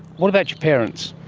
what about your parents?